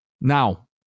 Now